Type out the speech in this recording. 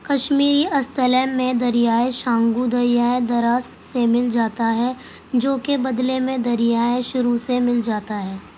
کشمیری اصطلاح میں دریائے شنگو دریائے دراس سے مل جاتا ہے جوکہ بدلے میں دریائے سرو سے مل جاتا ہے